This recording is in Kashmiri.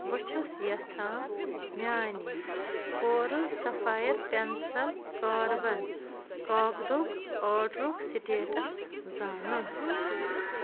بہٕ چھُس یَژھان میٛانہِ کورُس سَفایَر پٮ۪نسَل کاربن کاکدُک آرڈرُک سٕٹیٹَس زانُن